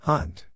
Hunt